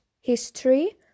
history